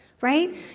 right